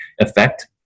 effect